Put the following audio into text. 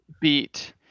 beat